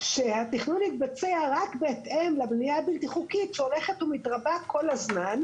שהתכנון יתבצע רק בהתאם לבנייה הבלתי חוקית שהולכת ומתרבה כל הזמן,